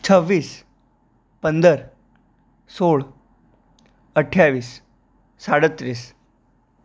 છવ્વીસ પંદર સોળ અઠ્ઠાવીસ સાડત્રીસ